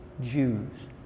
Jews